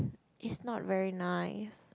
it's not very nice